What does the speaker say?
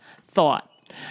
thought